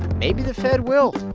maybe the fed will